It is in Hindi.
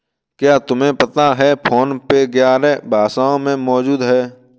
क्या तुम्हें पता है फोन पे ग्यारह भाषाओं में मौजूद है?